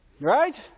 Right